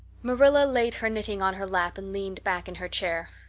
marilla laid her knitting on her lap and leaned back in her chair.